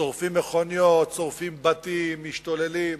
שורפים מכוניות, שורפים בתים, משתוללים.